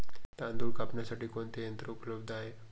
तांदूळ कापण्यासाठी कोणते यंत्र उपलब्ध आहे?